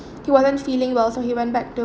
he wasn't feeling well so he went back to~